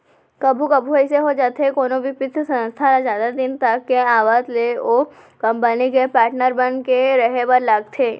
कभू कभू अइसे हो जाथे कोनो बित्तीय संस्था ल जादा दिन तक के आवत ले ओ कंपनी के पाटनर बन के रहें बर लगथे